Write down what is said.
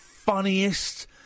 Funniest